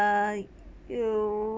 uh you